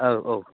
औ औ